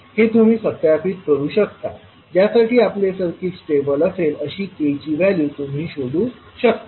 हे तुम्ही सत्यापित करू शकता ज्यासाठी आपले सर्किट स्टेबल असेल अशी k ची व्हॅल्यू तुम्ही शोधू शकता